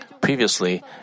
Previously